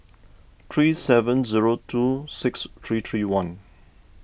three seven zero two six three three one